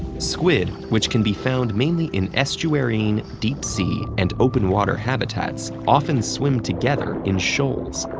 squid, which can be found mainly in estuarine, deep-sea, and open-water habitats, often swim together in shoals.